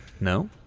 No